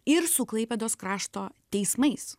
ir su klaipėdos krašto teismais